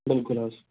بِلکُل حظ